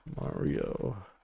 Mario